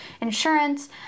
insurance